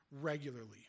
regularly